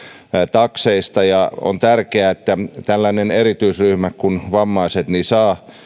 takseista on tärkeää että tällainen erityisryhmä kuin vammaiset saa